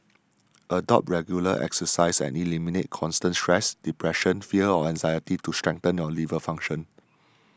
adopt regular exercise and eliminate constant stress depression fear or anxiety to strengthen your liver function